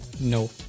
No